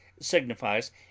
signifies